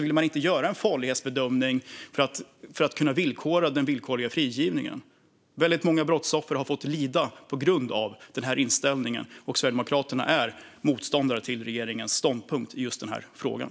inte vill göra en farlighetsbedömning för att kunna villkora den villkorliga frigivningen. Väldigt många brottsoffer har fått lida på grund av den här inställningen, och Sverigedemokraterna är motståndare till regeringens ståndpunkt i just den här frågan.